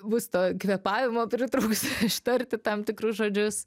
bus to kvėpavimo pritrūks ištarti tam tikrus žodžius